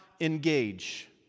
engage